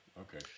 Okay